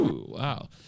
Wow